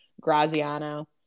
Graziano